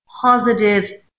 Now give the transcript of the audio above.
positive